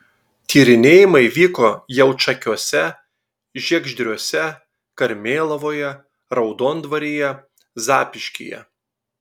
tyrinėjimai vyko jaučakiuose žiegždriuose karmėlavoje raudondvaryje zapyškyje